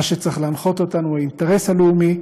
מה שצריך להנחות אותנו הוא האינטרס הלאומי,